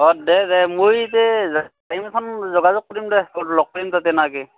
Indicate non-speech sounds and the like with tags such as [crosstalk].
অঁ দে দে মই এনেই [unintelligible] এখন যোগাযোগ কৰিম দে তোক লগ কৰিম তাতে না কি